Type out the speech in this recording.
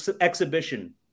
exhibition